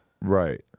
Right